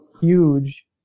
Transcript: huge